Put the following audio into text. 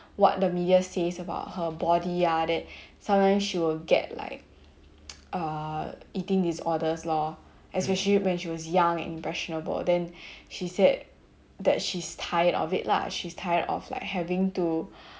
what the media says about her body ah that sometimes she will get like err eating disorders lor especially when she was young and impressionable then she said that she's tired of it lah she's tired of like having to